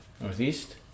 Northeast